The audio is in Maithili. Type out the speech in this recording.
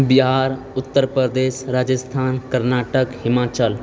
बिहार उत्तर प्रदेश राजस्थान कर्नाटक हिमाचल